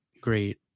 great